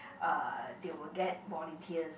uh they will get volunteers